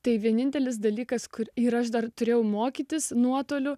tai vienintelis dalykas kur ir aš dar turėjau mokytis nuotoliu